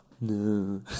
No